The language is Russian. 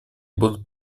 будут